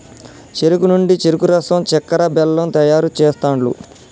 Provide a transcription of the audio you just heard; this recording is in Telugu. చెరుకు నుండి చెరుకు రసం చెక్కర, బెల్లం తయారు చేస్తాండ్లు